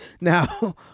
Now